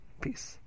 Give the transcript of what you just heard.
Peace